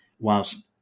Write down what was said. whilst